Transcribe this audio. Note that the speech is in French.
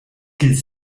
qu’il